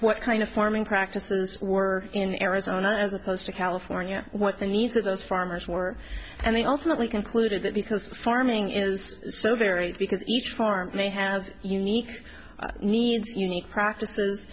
what kind of farming practices were in arizona as opposed to california what the needs of those farmers were and they ultimately concluded that because farming is so varied because each farm may have unique needs unique practices